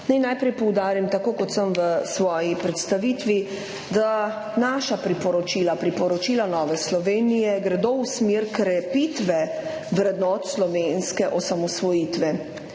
najprej poudarim, tako kot sem v svoji predstavitvi, da gredo naša priporočila, priporočila Nove Slovenije v smer krepitve vrednot slovenske osamosvojitve.